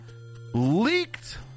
leaked